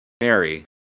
Mary